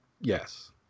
Yes